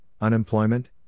unemployment